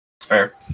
Fair